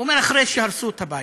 הוא אומר: אחרי שהרסו את הבית,